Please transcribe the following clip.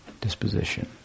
disposition